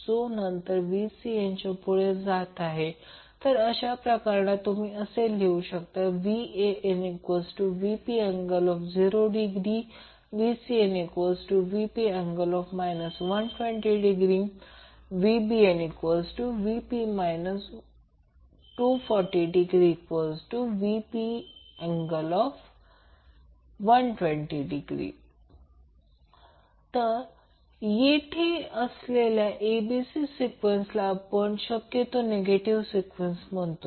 जो नंतर Vcn च्या पुढे जात आहे अशा प्रकरणात तुम्ही लिहू शकता VanVp∠0° VcnVp∠ 120° VbnVp∠ 240°Vp ∠120° तर येथे असलेल्या acb सिक्वेन्सला आपण शक्यतो निगेटिव्ह सिक्वेन्स म्हणतो